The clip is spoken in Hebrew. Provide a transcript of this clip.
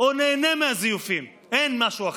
או נהנה מהזיופים, אין משהו אחר.